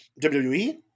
WWE